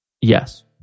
Yes